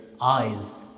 eyes